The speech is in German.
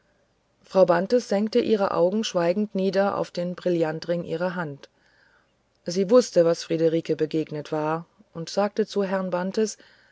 frau bantes senkte ihre augen schweigend nieder auf den brillantring ihrer hand sie wußte was friederiken begegnet war und sagte zum herrn bantes